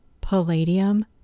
palladium